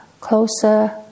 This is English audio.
closer